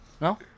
no